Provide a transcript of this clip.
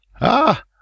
Ah